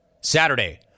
Saturday